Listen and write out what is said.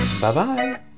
Bye-bye